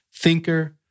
thinker